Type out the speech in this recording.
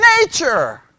nature